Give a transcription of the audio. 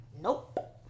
Nope